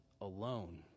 alone